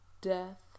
death